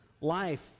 life